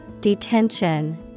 Detention